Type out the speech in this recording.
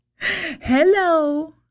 Hello